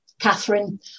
Catherine